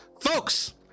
folks